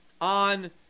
on